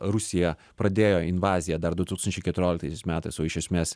rusija pradėjo invaziją dar du tūkstančiai keturioliktaisiais metais o iš esmės